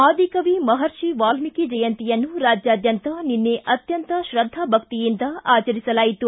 ಆದಿ ಕವಿ ಮಹರ್ಷಿ ವಾಲ್ಮಿಕಿ ಜಯಂತಿಯನ್ನು ರಾಜ್ಯಾದ್ಯಂತ ನಿನ್ನೆ ಅತ್ಯಂತ ಶ್ರದ್ದಾ ಭಕ್ತಿಯಿಂದ ಆಚರಿಸಲಾಯಿತು